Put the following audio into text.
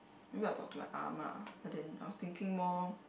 maybe I'll talk to my Ah Ma but then I was thinking more